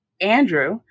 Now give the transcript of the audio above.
Andrew